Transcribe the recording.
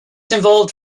involved